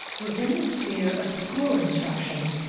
within the sphere of school instruction,